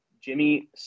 Jimmy